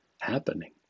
happening